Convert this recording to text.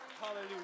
Hallelujah